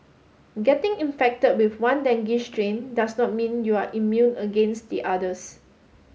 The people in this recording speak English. getting infected with one dengue strain does not mean you are immune against the others